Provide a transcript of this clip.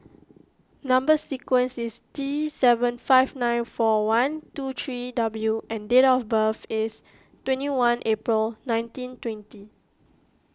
Number Sequence is T seven five nine four one two three W and date of birth is twenty one April nineteen twenty